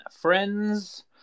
friends